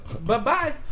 Bye-bye